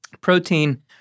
Protein